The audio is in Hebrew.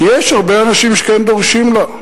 כי יש הרבה אנשים שכן דורשים לה.